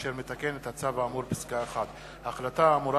אשר מתקן את הצו האמור בפסקה 1. ההחלטה האמורה